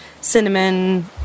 cinnamon